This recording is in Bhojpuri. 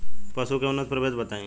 पशु के उन्नत प्रभेद बताई?